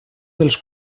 dels